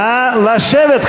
נא לשבת.